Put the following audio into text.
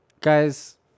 Guys